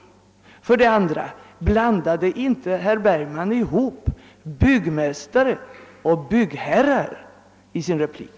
Vidare vill jag fråga om inte herr Bergman blandade ihop byggmästare och byggherrar i sin replik?